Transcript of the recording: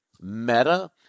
Meta